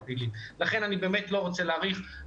לכן אני באמת לא רוצה להאריך.